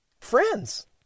friends